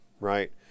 Right